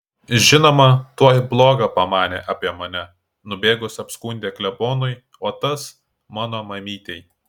žinoma tuoj bloga pamanė apie mane nubėgus apskundė klebonui o tas mano mamytei